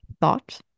thought